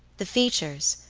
the features,